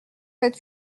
sept